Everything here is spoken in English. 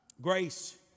Grace